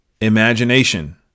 imagination